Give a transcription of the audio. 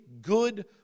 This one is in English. good